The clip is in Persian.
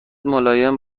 ملایم